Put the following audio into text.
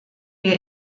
wir